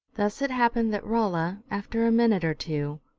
thus it happened that rolla, after a minute or two,